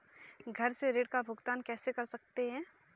घर से ऋण का भुगतान कैसे कर सकते हैं?